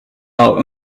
our